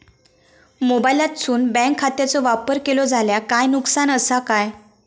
मोबाईलातसून बँक खात्याचो वापर केलो जाल्या काय नुकसान असा काय?